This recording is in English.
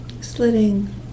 slitting